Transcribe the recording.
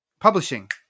publishing